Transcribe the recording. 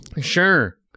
Sure